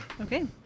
Okay